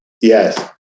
Yes